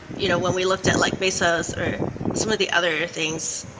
you know when we looked at like mesos or some of the other things,